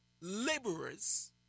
Laborers